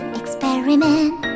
experiment